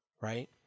right